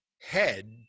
head